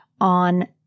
on